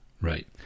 Right